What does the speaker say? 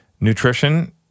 nutrition